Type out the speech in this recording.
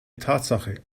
tatsache